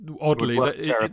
oddly